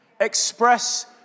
Express